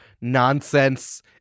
nonsense